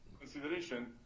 consideration